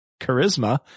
charisma